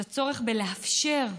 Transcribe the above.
את הצורך בלאפשר,